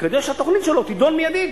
כדי שהתוכנית שלו תידון מיידית.